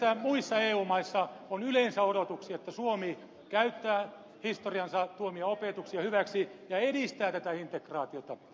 kuitenkin muissa eu maissa on yleensä odotuksia että suomi käyttää historiansa tuomia opetuksia hyväkseen ja edistää integraatiota